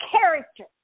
character